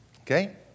Okay